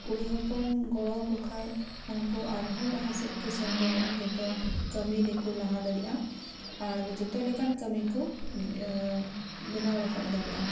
ᱠᱩᱲᱤ ᱦᱚᱯᱚᱱ ᱜᱚᱲᱚ ᱟᱠᱚ ᱠᱷᱟᱡ ᱩᱱᱠᱩ ᱟᱨᱦᱚᱸ ᱞᱟᱦᱟ ᱥᱮᱡ ᱠᱚ ᱥᱮᱱ ᱫᱟᱲᱮᱭᱟᱜᱼᱟ ᱡᱚᱛᱚ ᱠᱟᱹᱢᱤ ᱨᱮᱠᱚ ᱞᱟᱦᱟ ᱫᱟᱲᱮᱭᱟᱜᱼᱟ ᱟᱨ ᱡᱚᱛᱚ ᱞᱮᱠᱟᱱ ᱠᱟᱹᱢᱤ ᱠᱚ ᱵᱮᱱᱟᱣ ᱨᱟᱠᱟᱵ ᱫᱟᱲᱮᱜᱼᱟ